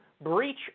breach